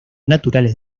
naturales